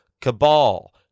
Cabal